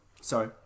Sorry